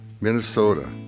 Minnesota